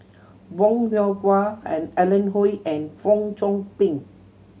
Bong Hiong and Alan Oei and Fong Chong Pik